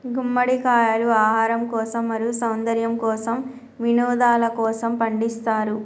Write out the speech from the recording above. గుమ్మడికాయలు ఆహారం కోసం, మరియు సౌందర్యము కోసం, వినోదలకోసము పండిస్తారు